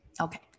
Okay